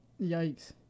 Yikes